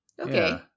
Okay